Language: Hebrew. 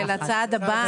זה של "הצעד הבא".